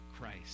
Christ